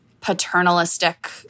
paternalistic